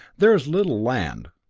there is little land,